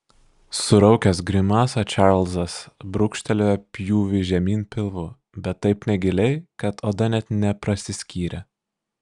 suraukęs grimasą čarlzas brūkštelėjo pjūvį žemyn pilvu bet taip negiliai kad oda net neprasiskyrė